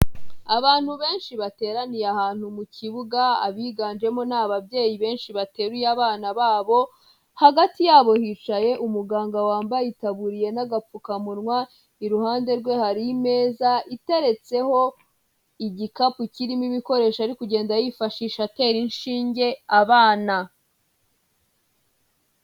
Abantu benshi bateraniye ahantu mu kibuga, abiganjemo ni ababyeyi benshi bateruye abana babo, hagati yabo hicaye umuganga wambaye itaburiye n'agapfukamunwa, iruhande rwe hari imeza iteretseho igikapu kirimo ibikoresho ari kugenda yifashisha atera inshinge abana.